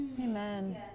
Amen